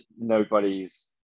nobody's